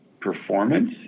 performance